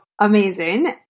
amazing